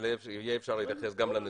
יהיה אפשר להתייחס גם לנתונים.